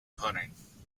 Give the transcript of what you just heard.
pudding